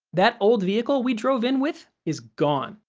that old vehicle we drove in with is gone.